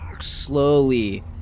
Slowly